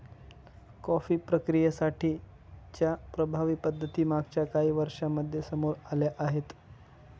coffee प्रक्रियेसाठी च्या प्रभावी पद्धती मागच्या काही वर्षांमध्ये समोर आल्या आहेत